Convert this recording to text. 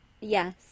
Yes